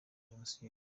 jenoside